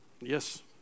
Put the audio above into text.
Yes